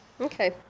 Okay